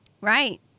Right